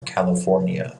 california